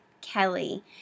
Kelly